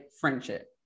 friendship